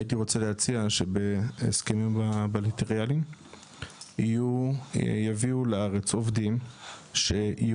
הייתי רוצה להציע שבהסכמים הבילטרליים יביאו לארץ עובדים שייעודם